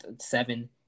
seven